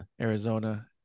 Arizona